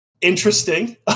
interesting